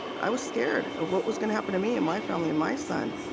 i was scared what was gonna happen to me and my family and my son